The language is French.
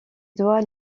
doit